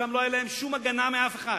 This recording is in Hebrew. לא היתה להם שם שום הגנה מאף אחד.